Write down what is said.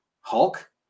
Hulk